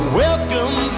welcome